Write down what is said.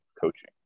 coaching